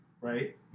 Right